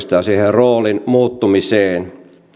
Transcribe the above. roolin muuttumiseen